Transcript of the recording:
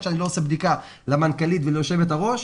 שאני לא עושה בדיקה למנכ"לית או ליושבת הראש.